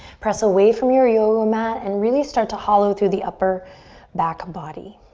press away from your yoga mat and really start to hollow through the upper back body.